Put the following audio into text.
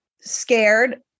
scared